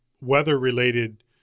weather-related